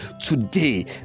today